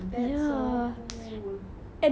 when did you do it when she was out